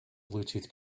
bluetooth